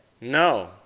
No